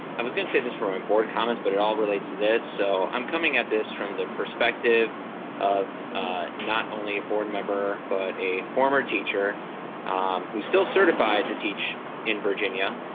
i was gonna save this for my board comments, but it all relates to this, so i'm coming at this from the perspective of not only a board member, but a former teacher who's still certified to teach in virginia,